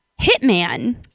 hitman